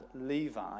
Levi